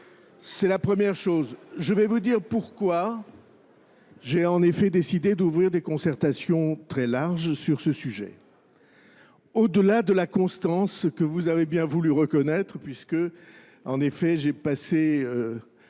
C'est la première chose. Je vais vous dire pourquoi j'ai en effet décidé d'ouvrir des concertations très larges sur ce sujet. Au delà de la constance que vous avez bien voulu reconnaître puisque, en